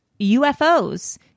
UFOs